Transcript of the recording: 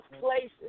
places